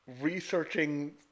researching